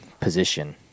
position